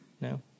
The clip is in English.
No